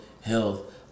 health